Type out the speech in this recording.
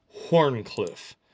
Horncliffe